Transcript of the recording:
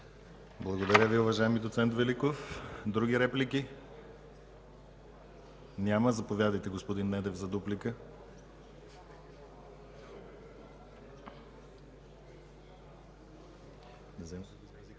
Благодаря Ви, уважаеми доц. Великов. Други реплики? Няма. Заповядайте, господин Недев, за дуплика. ГЕОРГИ